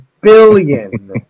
Billion